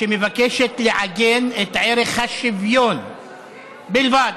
שמבקשת לעגן את ערך השוויון בלבד,